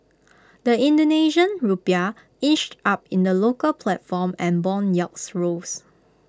the Indonesian Rupiah inched up in the local platform and Bond yields rose